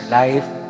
life